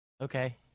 Okay